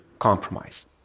compromise